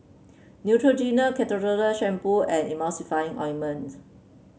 Neutrogena Shampoo and Ointment